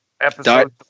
Episode